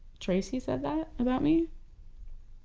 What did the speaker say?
tracy said that about me?